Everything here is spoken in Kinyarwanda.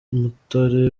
umutare